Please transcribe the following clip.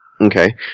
Okay